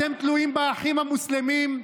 אתם תלויים באחים המוסלמים.